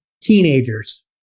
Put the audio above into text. Teenagers